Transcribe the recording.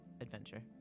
adventure